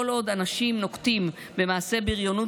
וכל עוד אנשים נוקטים מעשי בריונות